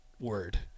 Word